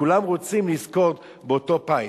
כולם רוצים לזכות באותו פיס,